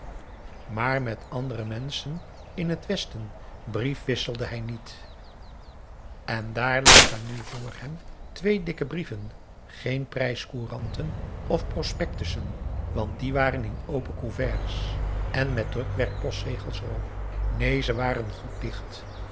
maar met andere menschen in het westen briefwisselde hij niet en daar lagen nu vr hem twee dikke brieven geen prijscouranten of prospectussen want die waren in open couverts en met drukwerk postzegels er op neen ze waren goed dicht